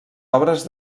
obres